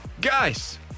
Guys